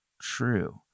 true